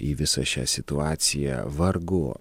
į visą šią situaciją vargu